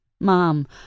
Mom